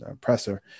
presser